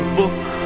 book